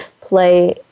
play